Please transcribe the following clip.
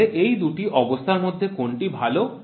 তাহলে এই দুটি অবস্থার মধ্যে কোনটি ভাল